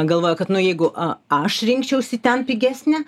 galvoja kad nu jeigu a aš rinkčiausi ten pigesnę